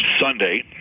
Sunday